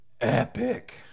epic